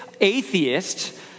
atheist